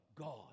God